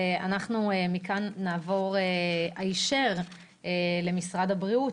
אנחנו נעבור מכאן למשרד הבריאות.